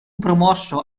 promosso